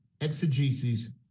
exegesis